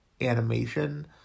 animation